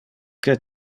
que